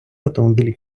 автомобіль